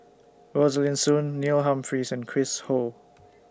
Rosaline Soon Neil Humphreys and Chris Ho